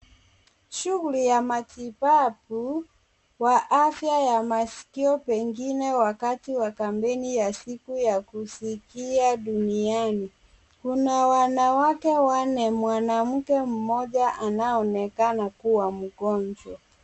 Shughuli ya matibabu wa afya ya masikio pengine wakati wa kampeni ya siku ya kusikia duniani. Kuna wanamke wanne, mwanamke mmoja anayeonekana kuwa mgonjwa.